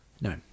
no